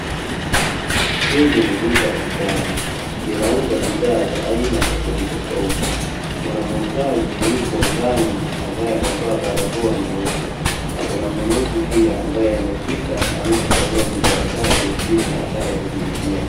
Hili ni duka la mtaani, linauzwa bidhaa za aina tofauti tofauti, kuna muuzaji yuko ndani ambaye amevaa barakoa nyeusi. Na kuna mnunuzi pia ambaye amefika ameshachagua bidhaa zake, hivyo anataka kuzilipia.